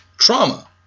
trauma